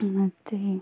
ಮತ್ತು